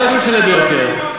אתה יודע שהוא משלם ביוקר.